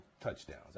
touchdowns